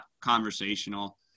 conversational